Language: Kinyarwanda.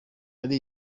ari